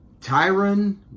Tyron